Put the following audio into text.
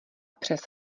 přes